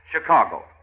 Chicago